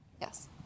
Yes